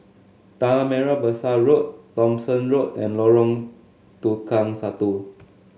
Tanah Merah Besar Road Thomson Road and Lorong Tukang Satu